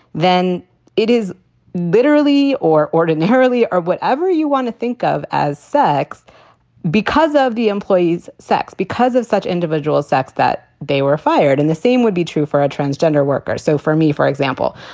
then it is literally or ordinarily or whatever you want to think of as sex because of the employees sex, because of such individual's sex that they were fired. and the same would be true for a transgender worker so for me, for example,